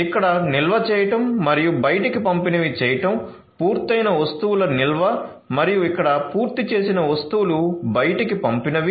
ఇక్కడ నిల్వచేయడం మరియు బయటకి పంపినవి చేయడం పూర్తయిన వస్తువుల నిల్వ మరియు ఇక్కడ పూర్తి చేసిన వస్తువులు బయటకి పంపినవి